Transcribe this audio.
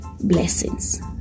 blessings